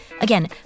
Again